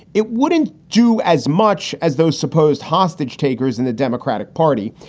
it wouldn't do as much as those supposed hostage takers in the democratic party.